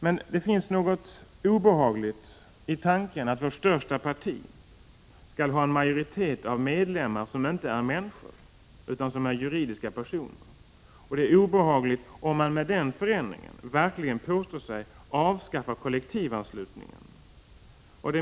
Men det finns något obehagligt i tanken att vårt största parti skall ha en majoritet av medlemmar som inte är människor utan som är juridiska personer. Det är obehagligt om man med den förändringen verkligen påstår sig avskaffa kollektivanslutningen.